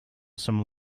some